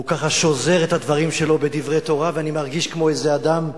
הוא ככה שוזר את הדברים שלו בדברי תורה ואני מרגיש כמו איזה אדם,